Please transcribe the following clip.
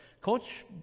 Coach